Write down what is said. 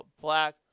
black